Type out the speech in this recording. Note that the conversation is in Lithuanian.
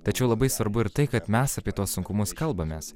tačiau labai svarbu ir tai kad mes apie tuos sunkumus kalbamės